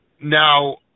Now